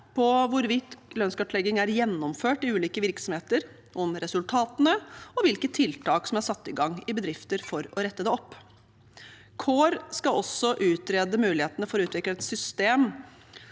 på hvorvidt lønnskartlegging er gjennomført i ulike virksomheter, om resultatene og hvilke tiltak som er satt i gang i bedrifter for å rette det opp. Senter for likestillingsforskning, CORE, skal også utrede mulighetene for å utvikle et system